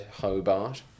Hobart